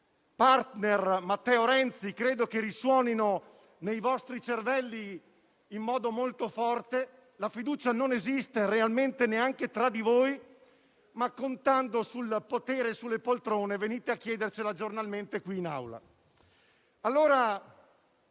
*partner*, Matteo Renzi, risuonino nei vostri cervelli in modo molto forte. La fiducia non esiste realmente neanche tra di voi, ma, contando sul potere delle poltrone, venite a chiederla giornalmente, in Aula. Su cosa